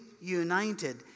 united